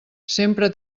sempre